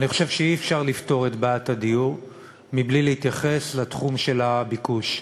אני חושב שאי-אפשר לפתור את בעיית הדיור בלי להתייחס לתחום הביקוש.